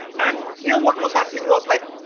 and here what was happening was like,